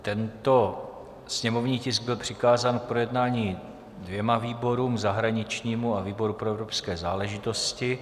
Tento sněmovní tisk byl přikázán k projednání dvěma výborům, zahraničnímu a výboru pro evropské záležitosti.